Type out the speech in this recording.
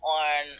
on